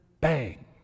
bang